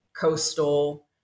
coastal